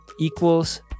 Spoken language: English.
equals